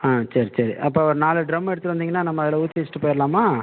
ஆ சரி சரி அப்போ ஒரு நாலு ட்ரம்மு எடுத்து வந்தீங்கன்னால் நம்ம அதில் ஊற்றி வச்சுட்டு போயிடலாமா